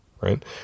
right